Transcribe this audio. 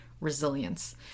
resilience